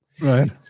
Right